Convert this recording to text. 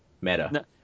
meta